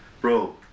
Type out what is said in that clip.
Bro